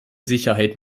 sicherheit